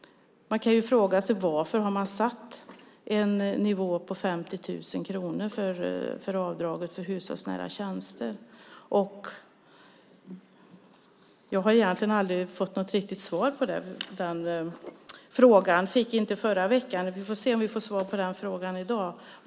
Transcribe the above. Frågan är varför man har satt en nivå på 50 000 kronor för avdraget för hushållsnära tjänster. Jag har egentligen aldrig fått något riktigt svar på den frågan. Jag fick det inte förra veckan heller. Vi får se om vi får svar i dag.